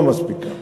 לא מספיקים.